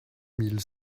mille